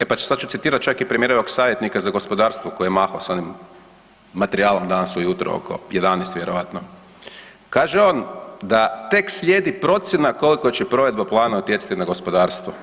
E sad ću citirati čak i premijerovog savjetnika za gospodarstvo koji je mahao s onim materijalom danas ujutro oko 11 vjerojatno, kaže on da tek slijedi procjena koliko će provedba plana utjecati na gospodarstvo.